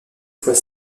fois